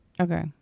okay